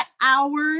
hours